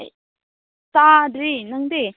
ꯆꯥꯗ꯭ꯔꯤ ꯅꯪꯗꯤ